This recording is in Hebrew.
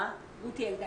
עורכת דין רותי אלדר.